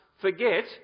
forget